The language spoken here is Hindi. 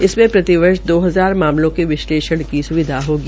इसमें प्रतिवर्ष दो हजार मामलों के विशलेषण की सुविधा होगी